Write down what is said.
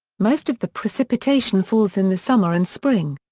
most of the precipitation falls in the summer and spring.